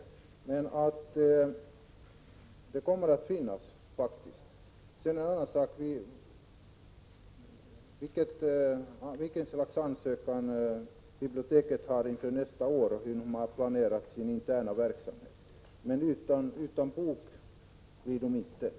Men det kommer att finnas pengar därtill. Sedan är det en annan sak vilket slags ansökan biblioteket har för nästa verksamhetsår och hur man planerar sin interna verksamhet. Men den som önskar en psalmbok blir inte utan.